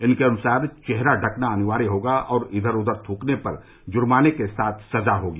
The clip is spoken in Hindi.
इनके अनुसार चेहरा ढकना अनिवार्य होगा और इधर उधर थ्रकने पर जुर्माने के साथ सजा होगी